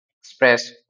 express